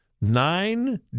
nine